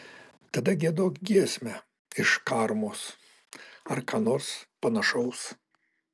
tada giedok giesmę iš karmos ar ką nors panašaus